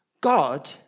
God